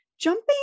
jumping